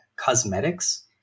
cosmetics